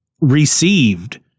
received